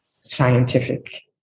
scientific